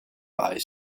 eyes